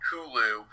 Hulu